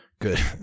Good